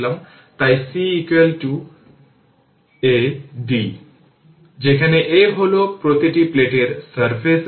সুতরাং V0 v C0 15 volt মানে হল এই 15 এবং τ τ 2 সেকেন্ড